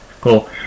Cool